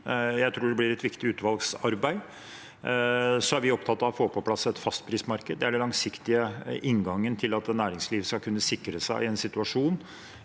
Jeg tror det blir et viktig utvalgsarbeid. Vi er opptatt av å få på plass et fastprismarked. Det er den langsiktige inngangen til at næringslivet skal kunne sikre seg i situasjonen,